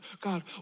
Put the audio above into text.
God